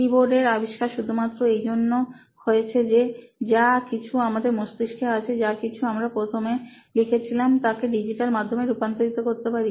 keyboard এর আবিষ্কার শুধুমাত্র এইজন্য হয়েছে যে যা কিছু আমাদের মস্তিষ্কে আছে যা কিছু আমরা প্রথমে লিখেছিলাম তাকে ডিজিটাল মাধ্যমে রূপান্তরিত করতে পারি